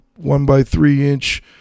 one-by-three-inch